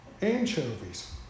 anchovies